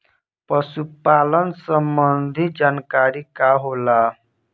पशु पालन संबंधी जानकारी का होला?